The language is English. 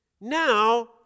Now